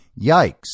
Yikes